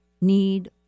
need